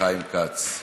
חיים כץ.